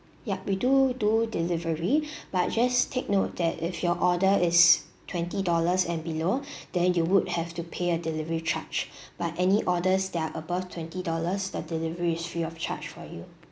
yup we do do delivery but just take note that if your order is twenty dollars and below then you would have to pay a delivery charge but any orders that are above twenty dollars the delivery is free of charge for you